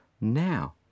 now